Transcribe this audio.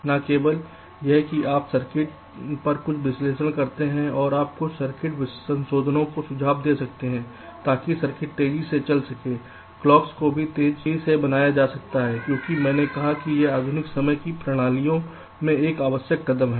न केवल यह कि आप सर्किट पर कुछ विश्लेषण कर सकते हैं और आप कुछ सर्किट संशोधनों का सुझाव दे सकते हैं ताकि सर्किट तेजी से चल सके क्लॉक्स को भी तेजी से बनाया जा सकता है क्योंकि मैंने कहा कि यह आधुनिक समय की प्रणालियों में एक आवश्यक कदम है